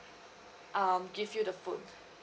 um give you the phone